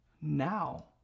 now